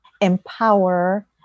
empower